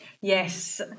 Yes